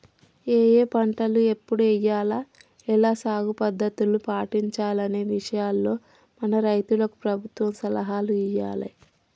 ఏఏ పంటలు ఎప్పుడు ఎయ్యాల, ఎలా సాగు పద్ధతుల్ని పాటించాలనే విషయాల్లో మన రైతులకు ప్రభుత్వం సలహాలు ఇయ్యాలే